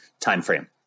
timeframe